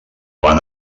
van